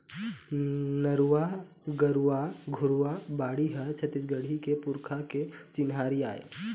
नरूवा, गरूवा, घुरूवा, बाड़ी ह छत्तीसगढ़ के पुरखा के चिन्हारी आय